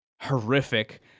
horrific